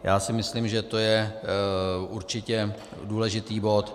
Já si myslím, že to je určitě důležitý bod.